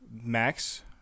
Max